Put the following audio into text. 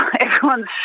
everyone's